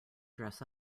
dress